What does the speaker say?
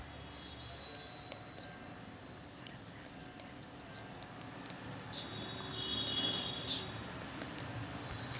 थ्याच वरसाले टाकलेलं शेनखत थ्याच वरशी पिकाले मिळन का?